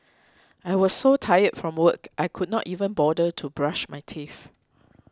I was so tired from work I could not even bother to brush my teeth